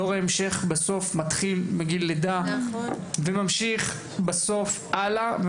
דור ההמשך בסוף מתחיל מגיל לידה וממשיך בסוף הלאה.